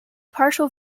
partial